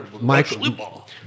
Michael